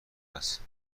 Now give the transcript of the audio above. است